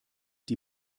die